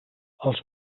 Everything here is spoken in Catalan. els